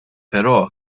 però